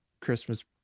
Christmas